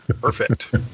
Perfect